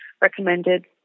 recommended